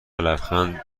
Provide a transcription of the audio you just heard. لبخند